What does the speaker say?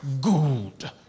good